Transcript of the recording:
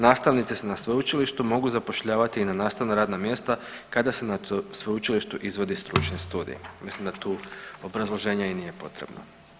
Nastavnici se na sveučilištu mogu zapošljavati i na nastavna radna mjesta kada se na tom sveučilištu izvodi stručni studij, mislim da tu obrazloženje i nije potrebno.